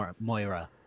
Moira